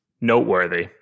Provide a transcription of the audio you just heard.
noteworthy